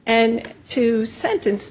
and to sentence